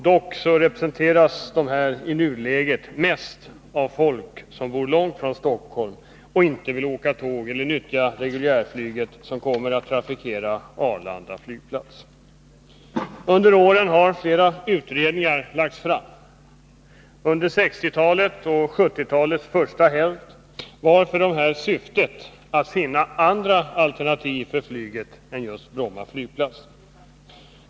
Dock representeras dessa i nuläget mest av folk som bor långt från Stockholm och inte vill åka tåg eller nyttja reguljärflyget, som kommer att trafikera Arlanda flygplats. Under åren har flera utredningar lagts fram. Under 1960-talet och 1970-talets första hälft var för dessa syftet att finna andra alternativ för flyget än Bromma.